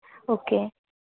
okay